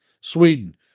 Sweden